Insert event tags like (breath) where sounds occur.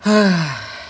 (breath)